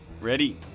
Ready